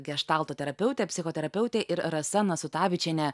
geštalto terapeutė psichoterapeutė ir rasa nasutavičienė